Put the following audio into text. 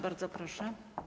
Bardzo proszę.